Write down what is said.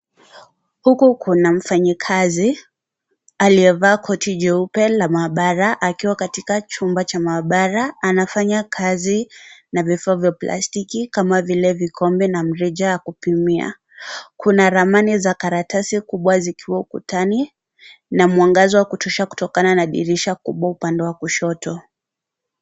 Huku kuna mfanyakazi, aliyevaa koti jeupe la maabara, akiwa katika chumba cha maabara. Anafanya kazi na vifaa vya plastiki kama vile vikombe na mrija ya kupimia. Kuna ramani za karatasi kubwa zikiwa ukutani na mwangaza wa kutosha kutokana na dirisha kubwa upande wa kushoto.